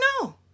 no